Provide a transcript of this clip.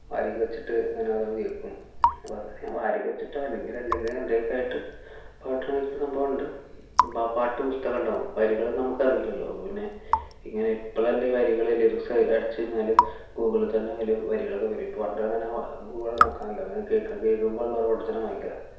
വാരിക വെച്ചിട്ട് നല്ലവണ്ണം കേൾക്കും ഇപ്പം അത് വാരിക വെച്ചിട്ടോ അല്ലെങ്കിൽ എന്തൊക്കെയോ ആയിട്ട് പാട്ട് കേൾക്കുന്ന സംഭവമുണ്ട് ഇപ്പം പാട്ട് പുസ്തകമുണ്ടാകും വരികൾ നമുക്കറിയില്ലല്ലോ പിന്നെ ഇങ്ങനെ ഇപ്പോഴല്ലേ വരികൾ ലിറിക്സ് അടിച്ച് കഴിഞ്ഞാൽ ഗൂഗിളിൽ തന്നെ അതിലെ വരികളൊക്കെ വരും പണ്ടങ്ങനെ അങ്ങനെ കേൾക്കും കേൾക്കുമ്പോഴേ റോഡിൽത്തന്നെ വായിക്കലാണ്